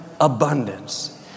abundance